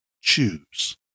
Choose